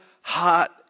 heart